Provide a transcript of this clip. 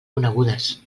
conegudes